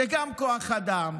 זה גם כוח אדם,